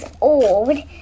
old